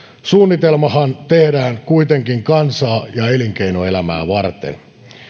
suunnitelmahan tehdään kuitenkin kansaa ja elinkeinoelämää varten